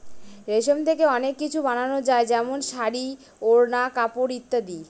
রেশম থেকে অনেক কিছু বানানো যায় যেমন শাড়ী, ওড়না, কাপড় ইত্যাদি